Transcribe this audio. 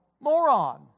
moron